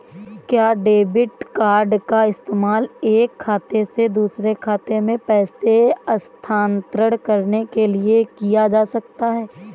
क्या debit card का इस्तेमाल एक खाते से दूसरे खाते में पैसे स्थानांतरण करने के लिए किया जा सकता है?